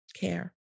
CARE